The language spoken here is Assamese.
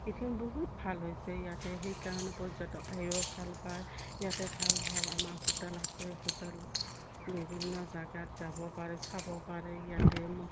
এতিয়া বহুত ভাল হৈছে ইয়াতে সেইকাৰণে পৰ্যটক আহিও ভাল পায় ইয়াতে ভাল ভাল আমাৰ হোটেল আছে হোটেল বিভিন্ন জাগাত যাব পাৰে চাব পাৰে ইয়াতে মোক